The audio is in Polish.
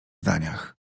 zdaniach